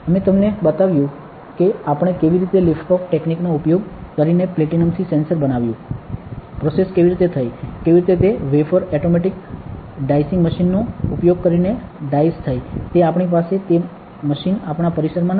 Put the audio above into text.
અમે તમને બતાવ્યું છે કે આપણે કેવી રીતે લિફ્ટઓફ ટેકનીકનો ઉપયોગ કરીને પ્લેટિનમથી સેન્સર બનાવ્યું પ્રોસેસ કેવી રીતે થઈ કેવી રીતે તે વેફર ઓટોમેટિક ડાઇસીંગ મશીનનો ઉપયોગ કરીને ડાઈસ થઈ તે આપણી પાસે તે મશીન આપણા પરિસરમાં નથી